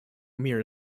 mirror